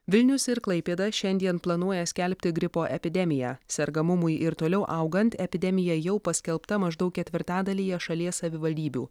vilnius ir klaipėda šiandien planuoja skelbti gripo epidemiją sergamumui ir toliau augant epidemija jau paskelbta maždaug ketvirtadalyje šalies savivaldybių